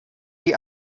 die